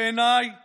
בעיניי